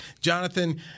Jonathan